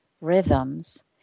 rhythms